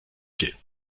quais